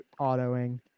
autoing